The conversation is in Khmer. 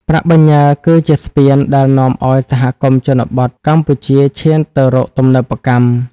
ប្រាក់បញ្ញើគឺជា "ស្ពាន" ដែលនាំឱ្យសហគមន៍ជនបទកម្ពុជាឈានទៅរកទំនើបកម្ម។